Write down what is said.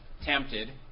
tempted